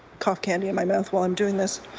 cough candy in my mouth while i'm doing this.